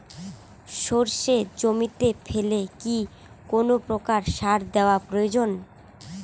সর্ষে জমিতে ফেলে কি কোন প্রকার সার দেওয়া প্রয়োজন?